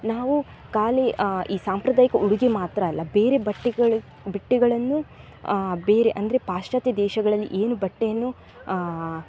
ನಾವು ಖಾಲಿ ಈ ಸಾಂಪ್ರದಾಯಿಕ ಉಡುಗೆ ಮಾತ್ರ ಅಲ್ಲ ಬೇರೆ ಬಟ್ಟೆಗಳು ಬಟ್ಟೆಗಳನ್ನೂ ಬೇರೆ ಅಂದರೆ ಪಾಶ್ಚಾತ್ಯ ದೇಶಗಳಲ್ಲಿ ಏನು ಬಟ್ಟೆಯನ್ನು